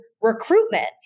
recruitment